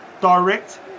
direct